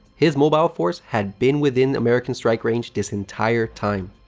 his mobile force had been within american strike range this entire time.